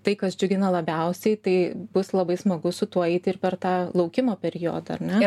tai kas džiugina labiausiai tai bus labai smagu su tuo eiti ir per tą laukimo periodą ar ne